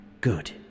Good